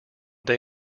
day